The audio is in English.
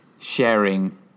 sharing